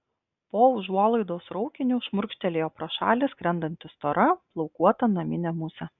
po užuolaidos raukiniu šmurkštelėjo pro šalį skrendanti stora plaukuota naminė musė